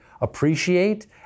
appreciate